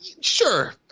Sure